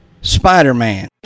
Spider-Man